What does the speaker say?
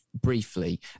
briefly